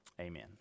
Amen